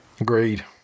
Agreed